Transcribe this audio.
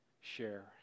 share